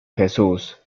jesús